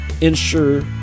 ensure